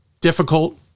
difficult